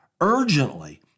urgently